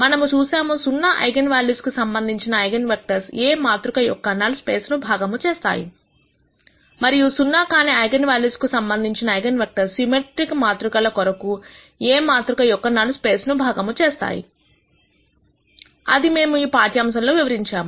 మనము చూసాము సున్నా ఐగన్ వాల్యూస్ కు సంబంధించిన ఐగన్ వెక్టర్స్ A మాతృక యొక్క నల్ స్పేస్ ను భాగము చేస్తాయి మరియు సున్నా కాని ఐగన్ వాల్యూస్ కు సంబంధించిన ఐగన్ వెక్టర్స్ సిమెట్రిక్ మాతృకల కొరకు A మాతృక యొక్క నల్ స్పేస్ ను భాగము చేస్తాయి అది మేము ఈ పాఠ్యాంశంలో వివరించాము